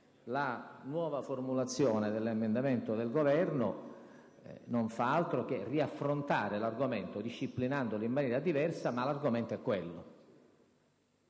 La nuova formulazione dell'emendamento del Governo non fa altro che riaffrontare l'argomento, disciplinandolo in maniera diversa, ma l'argomento è quello.